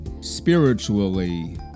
spiritually